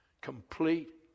complete